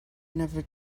never